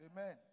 Amen